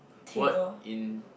what in